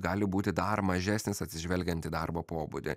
gali būti dar mažesnis atsižvelgiant į darbo pobūdį